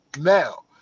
now